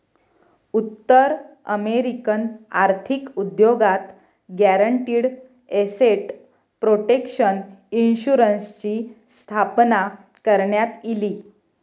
उत्तर अमेरिकन आर्थिक उद्योगात गॅरंटीड एसेट प्रोटेक्शन इन्शुरन्सची स्थापना करण्यात इली